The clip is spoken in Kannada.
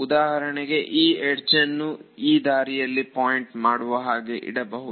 ಉದಾಹರಣೆಗೆ ಈ ಯಡ್ಜ್ಅನ್ನು ಈ ದಾರಿಯಲ್ಲಿ ಪಾಯಿಂಟ್ ಮಾಡುವ ಹಾಗೆ ಇಡಬಹುದು